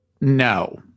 No